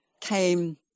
came